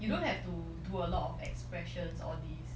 you don't have to do a lot of expressions all this